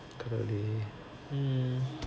currently mm